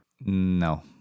No